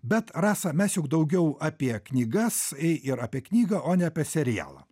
bet rasa mes juk daugiau apie knygas ir apie knygą o ne apie serialą